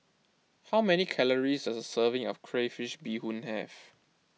how many calories does a serving of Crayfish BeeHoon have